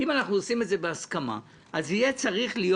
אם אנחנו עושים את זה בהסכמה אז יהיה צריך להיות